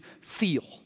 feel